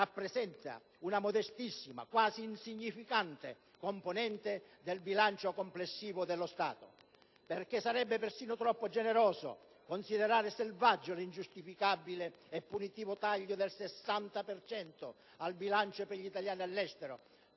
rappresenta una modestissima, quasi insignificante, componente del bilancio complessivo dello Stato. Sarebbe persino troppo generoso considerare selvaggio l'ingiustificabile e punitivo taglio del 60 per cento al bilancio per gli italiani all'estero,